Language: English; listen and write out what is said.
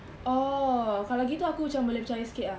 oh kalau gitu aku macam boleh percaya sikit